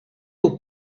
aux